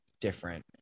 different